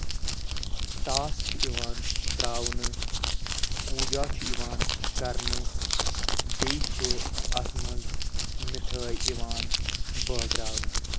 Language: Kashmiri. ٹاس چھِ یِوان تراونہٕ پوٗجا چھُ یِوان کرنہٕ بیٚیہِ چھِ اَتھ منٛز مِٹھٲے یِوان بٲگراونہٕ